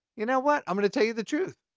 you know what? i'm gonna tell you the truth.